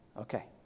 Okay